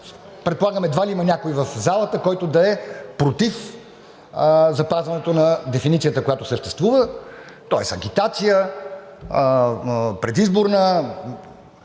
предполагам едва ли има някой в залата, който да е против запазването на дефиницията, която съществува. Тоест агитация, предизборна…